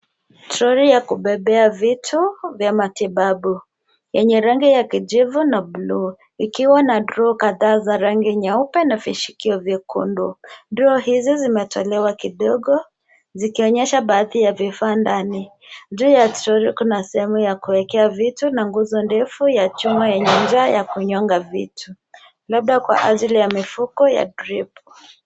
Troli ya kubebea vitu vya matibabu, yenye rangi ya kijivu na buluu ikiwa na droo kadhaa za rangi nyeupe na vishikio vya kondoo. Droo hizi zimetolewa kidogo, zikionyesha baadhi ya vifaa ndani. Juu ya troli kuna sehemu ya kuekea vitu na nguzo ndefu ya chuma yenye njia ya kunyonga vitu, labda kwa ajili ya mifuko ya dripu.